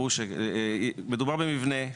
הוא שמדובר במבנה,